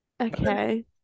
Okay